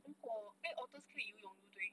如果 eh otters 可以游泳对不对